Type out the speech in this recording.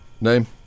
Name